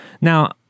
Now